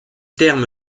terme